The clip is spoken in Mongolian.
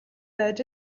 байж